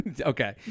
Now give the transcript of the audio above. Okay